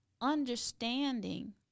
understanding